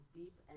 deep